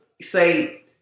say